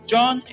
John